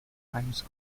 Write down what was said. times